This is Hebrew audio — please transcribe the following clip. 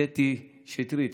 קטי שטרית,